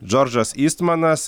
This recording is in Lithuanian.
džordžas ystmanas